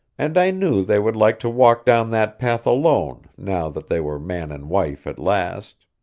and i knew they would like to walk down that path alone now that they were man and wife at last.